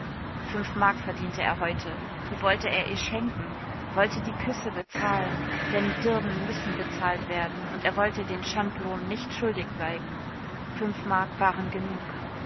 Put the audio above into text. fünf mark verdiente er heute die wollte er ihr schenken wollte die küsse bezahlen denn dirnen müssen bezahlt werden und er wollte den schandlohn nicht schuldig bleiben fünf mark waren genug